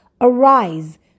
arise